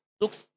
looks